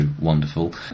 wonderful